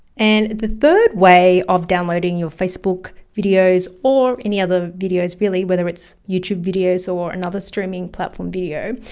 and the third way of downloading your facebook videos or any other videos really, whether it's youtube videos or another streaming platform video,